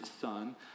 son